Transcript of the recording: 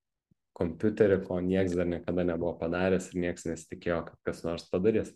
kompiuterį ko nieks dar niekada nebuvo padaręs ir nieks nesitikėjo kad kas nors padaris